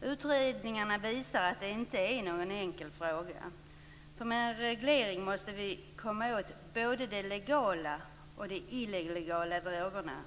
Utredningarna visar att det här inte är någon enkel fråga. I en reglering måste vi komma åt både de legala och de illegala drogerna.